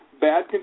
bad